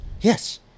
Yes